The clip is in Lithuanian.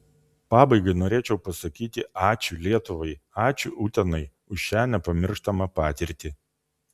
pabaigai norėčiau pasakyti ačiū lietuvai ačiū utenai už šią nepamirštamą patirtį